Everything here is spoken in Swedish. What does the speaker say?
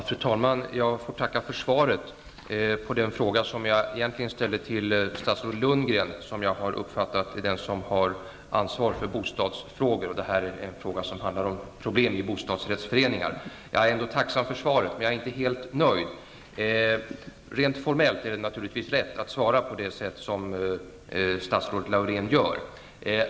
Fru talman! Jag får tacka för svaret på den fråga som jag egentligen ställt till statsrådet Lundgren, som jag har uppfattat är den som har ansvar för bostadsfrågorna. Det här är en fråga som handlar om problem i bostadsrättsföreningar. Jag är ändå tacksam för svaret, men jag är inte helt nöjd. Rent formellt är det naturligtvis rätt att svara på det sätt som statsrådet Laurén har gjort.